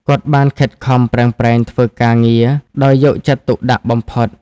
គាត់បានខិតខំប្រឹងប្រែងធ្វើការងារដោយយកចិត្តទុកដាក់បំផុត។